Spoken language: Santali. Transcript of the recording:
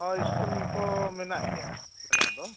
ᱦᱳᱭ ᱥᱠᱩᱞ ᱠᱚ ᱢᱮᱱᱟᱜ ᱜᱮᱭᱟ ᱢᱮᱱᱟᱜ ᱫᱚ